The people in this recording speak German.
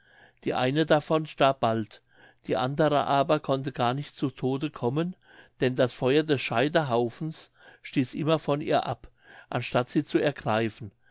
die eine davon starb bald die andere aber konnte gar nicht zu tode kommen denn das feuer des scheiterhaufens stieß immer von ihr ab anstatt sie zu ergreifen